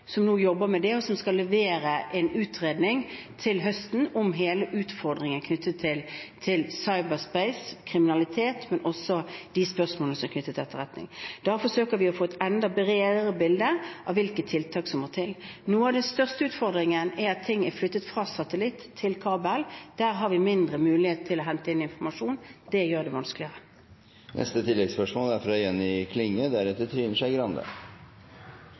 som nå jobber med det, og som skal levere en utredning til høsten om hele utfordringen knyttet til cyberspacekriminalitet, men også om de spørsmålene som er knyttet til etterretning. Gjennom det forsøker vi å få et enda bredere bilde av hvilke tiltak som må til. En av de største utfordringene er at ting er flyttet fra satellitt til kabel. Der har vi mindre mulighet til å innhente informasjon, og det gjør det